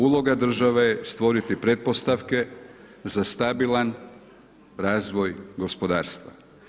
Uloga države je stvoriti pretpostavke za stabilan razvoj gospodarstva.